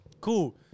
cool